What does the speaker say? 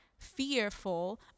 Fearful